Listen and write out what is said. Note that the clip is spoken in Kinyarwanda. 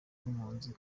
nk’impunzi